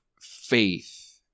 faith